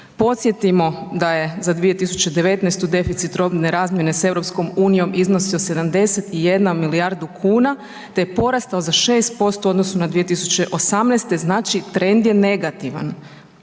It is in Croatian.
Podsjetimo da je za 2019. deficit robne razmjene s EU iznosio 71 milijardu kuna te porasta za 6% u odnosu 2018., znači trend je negativan.